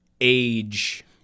age